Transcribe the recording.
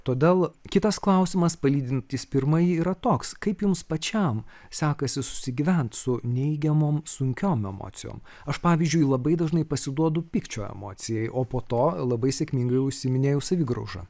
todėl kitas klausimas palydintis pirmąjį yra toks kaip jums pačiam sekasi susigyvent su neigiamom sunkiom emocijom aš pavyzdžiui labai dažnai pasiduodu pykčio emocijai o po to labai sėkmingai užsiiminėjau savigrauža